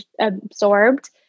absorbed